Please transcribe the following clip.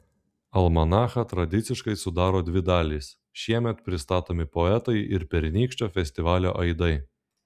almanachą tradiciškai sudaro dvi dalys šiemet pristatomi poetai ir pernykščio festivalio aidai